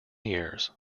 years